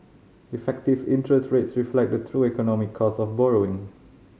effective interest rates reflect the true economic cost of borrowing